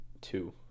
Two